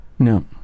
No